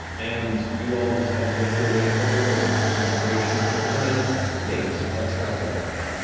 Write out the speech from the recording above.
and you all decided to make your way towards rumblecusp, in preparation for the coming date of traveler con,